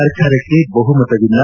ಸರ್ಕಾರಕ್ಕೆ ಬಹುಮತವಿಲ್ಲ